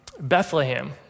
Bethlehem